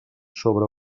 sobre